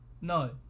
No